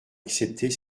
accepter